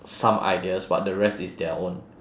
some ideas but the rest is their own